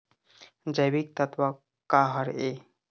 जैविकतत्व का हर ए?